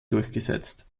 durchgesetzt